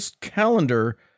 calendar